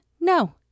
No